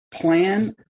plan